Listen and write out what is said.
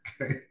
Okay